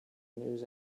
news